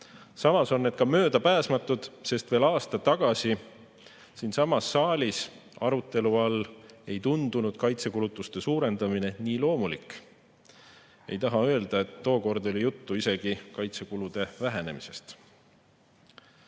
Samas on need möödapääsmatud, sest veel aasta tagasi siinsamas saalis arutelu all ei tundunud kaitsekulutuste suurendamine nii loomulik. Ei taha öelda, et tookord oli juttu isegi kaitsekulude vähendamisest.